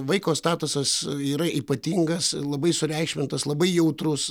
vaiko statusas yra ypatingas labai sureikšmintas labai jautrus